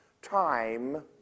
time